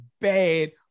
bad